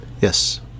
Yes